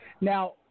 Now